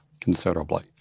considerably